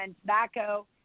tobacco